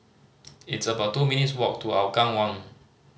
it's about two minutes' walk to Hougang One